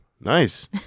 Nice